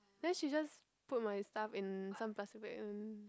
then she just put my stuff in some plastic bag and